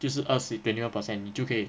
就是二十一 twenty one percent 你就可以